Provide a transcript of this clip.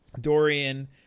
Dorian